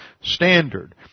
standard